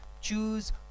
choose